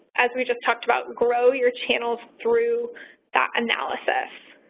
as we just talked about, grow your channels through that analysis.